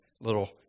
little